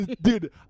dude